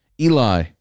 Eli